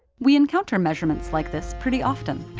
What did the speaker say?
we encounter measurements like this pretty often,